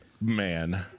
Man